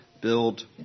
build